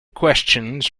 questions